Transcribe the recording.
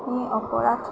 এই অপৰাধ